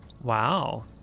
wow